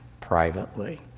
privately